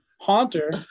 Haunter